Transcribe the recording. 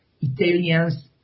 Italians